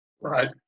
Right